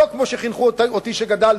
לא כמו שחינכו אותי כשגדלתי,